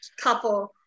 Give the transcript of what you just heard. couple